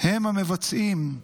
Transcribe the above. הם המבצעים,